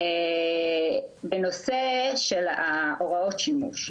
בנושא של הוראות השימוש,